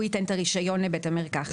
הוא ייתן את הרישיון לבית המרקחת.